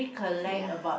ya